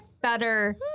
Better